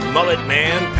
Mulletman